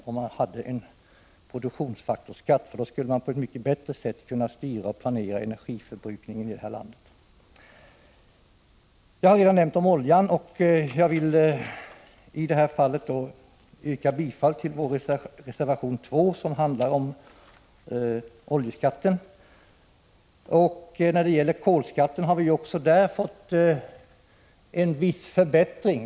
Den skulle nämligen göra att man på ett bättre sätt kunde styra och planera energiförbrukningen i landet. Jag har tidigare varit inne på oljebeskattningen. Jag vill i anslutning till det 177 Prot. 1985/86:164 yrka bifall till vår reservation 2 som handlar om den. Sjuni 1986 I fråga om kolbeskattningen har vi uppnått en viss förbättring.